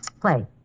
Play